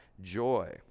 joy